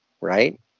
right